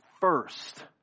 first